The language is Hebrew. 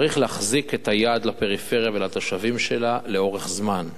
צריך להחזיק את היד לפריפריה ולתושבים שלה לאורך זמן,